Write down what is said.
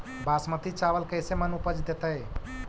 बासमती चावल कैसे मन उपज देतै?